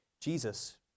Jesus